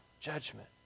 judgment